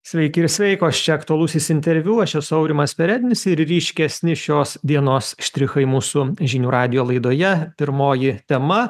sveiki ir sveikos čia aktualusis interviu aš esu aurimas perednis ir ryškesni šios dienos štrichai mūsų žinių radijo laidoje pirmoji tema